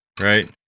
Right